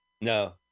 No